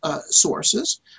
sources